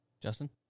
Justin